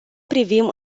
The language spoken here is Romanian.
privim